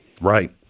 Right